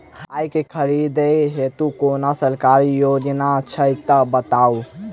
आइ केँ खरीदै हेतु कोनो सरकारी योजना छै तऽ बताउ?